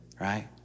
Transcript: right